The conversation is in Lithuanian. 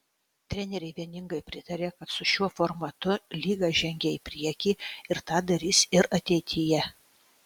treneriai vieningai pritarė kad su šiuo formatu lyga žengė į priekį ir tą darys ir ateityje